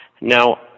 Now